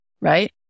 right